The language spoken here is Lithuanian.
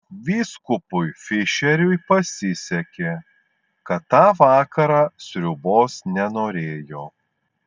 vyskupui fišeriui pasisekė kad tą vakarą sriubos nenorėjo